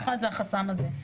אחד זה החסם הזה.